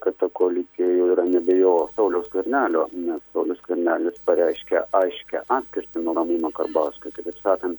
kad ta koalicija jau yra nebe jo o sauliaus skvernelio saulius skvernelis pareiškė aiškią atskirtį ramūno karbauskio taip sakant